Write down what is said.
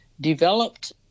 developed